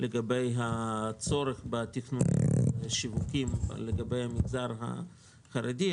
לגבי הצורך בתכנונים ובשיווקים לגבי המגזר החרדי.